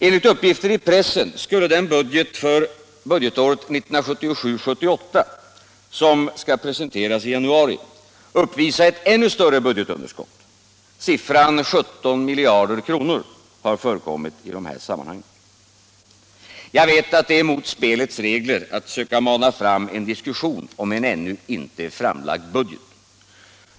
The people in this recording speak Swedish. Enligt uppgifter i pressen skulle den budget för 1977/78 som skall presenteras i januari uppvisa ett ännu större underskott — siffran 17 miljarder har förekommit i dessa sammanhang. Jag vet att det är mot spelets regler att söka mana fram en diskussion om en ännu inte framlagd budget.